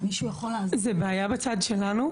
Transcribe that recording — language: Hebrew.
שלכם